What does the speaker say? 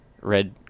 red